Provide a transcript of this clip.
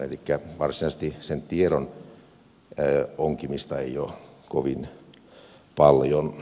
elikkä varsinaisesti sen tiedon onkimista ei ole kovin paljon